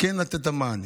כן לתת מענה.